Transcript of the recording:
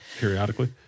periodically